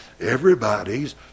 everybody's